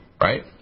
right